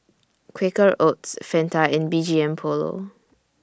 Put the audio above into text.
Quaker Oats Fanta and B G M Polo